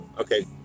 okay